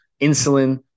insulin